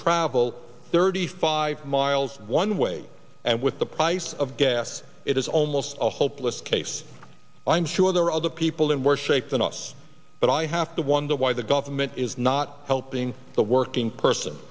travel thirty five miles one way and with the price of gas it is almost a hopeless case i am sure there are other people in worse shape than us but i have to wonder why the government is not helping the working person